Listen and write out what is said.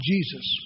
Jesus